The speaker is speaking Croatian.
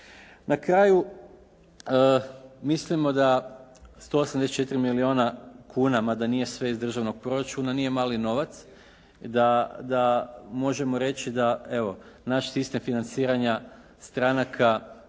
Na kraju mislimo da 184 milijona kuna, mada nije sve iz državnog proračuna nije mali novac, da možemo reći da evo naš sistem financiranja stranaka